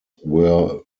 were